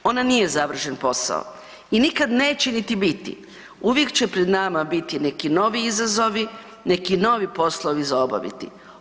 Ona nije završen posao i nikad neće niti biti, uvijek će pred nama biti neki novi izazovi, neki novi poslovi za obaviti.